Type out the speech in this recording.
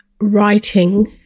writing